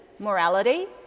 morality